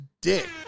dick